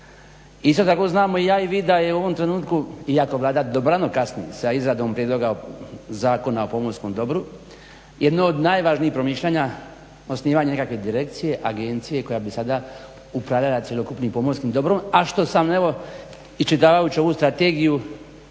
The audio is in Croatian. Isto tako znamo i ja i vi da je u ovom trenutku iako Vlada dobrano kasni sa izradom Prijedloga zakona o pomorskom dobru, jedno od najvažnijih promišljanja osnivanje nekakve direkcije agencije koja bi sada upravljala cjelokupnim pomorskim dobrom, a što sam evo iščitavajući ovu strategiju